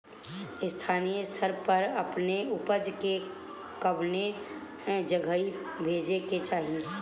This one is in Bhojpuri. स्थानीय स्तर पर अपने ऊपज के कवने जगही बेचे के चाही?